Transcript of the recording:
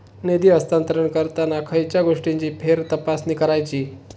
निधी हस्तांतरण करताना खयच्या गोष्टींची फेरतपासणी करायची?